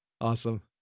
Awesome